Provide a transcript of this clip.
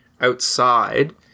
outside